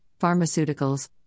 pharmaceuticals